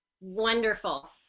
Wonderful